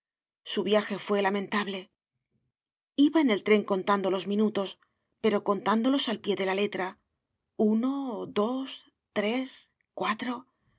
su viaje fué lamentable iba en el tren contando los minutos pero contándolos al pie de la letra uno dos tres cuatro todas